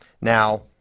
now